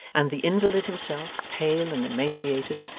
and the invalid himself, pale and emaciated,